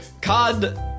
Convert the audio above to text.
Cod